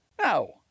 no